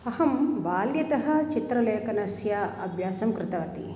अहं बाल्यतः चित्रलेखनस्य अभ्यासं कृतवती